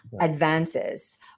advances